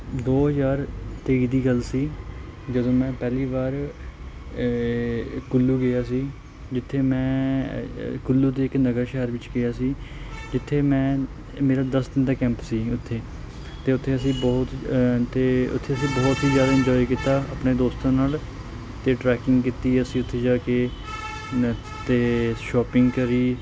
ਦੋ ਹਜ਼ਾਰ ਤੇਈ ਦੀ ਗੱਲ ਸੀ ਜਦੋਂ ਮੈਂ ਪਹਿਲੀ ਵਾਰ ਕੁੱਲੂ ਗਿਆ ਸੀ ਜਿੱਥੇ ਮੈਂ ਕੁੱਲੂ ਦੇ ਇੱਕ ਨਗਰ ਸ਼ਹਿਰ ਵਿੱਚ ਗਿਆ ਸੀ ਜਿੱਥੇ ਮੈਂ ਮੇਰਾ ਦਸ ਦਿਨ ਦਾ ਕੈਂਪ ਸੀ ਉੱਥੇ ਅਤੇ ਉੱਥੇ ਅਸੀਂ ਬਹੁਤ ਅਤੇਉੱਥੇ ਅਸੀਂ ਬਹੁਤ ਹੀ ਜ਼ਿਆਦਾ ਇੰਜੋਏ ਕੀਤਾ ਆਪਣੇ ਦੋਸਤਾਂ ਨਾਲ ਅਤੇ ਟਰੈਕਿੰਗ ਕੀਤੀ ਅਸੀਂ ਉੱਥੇ ਜਾ ਕੇ ਨ ਅਤੇ ਸ਼ੋਪਿੰਗ ਕਰੀ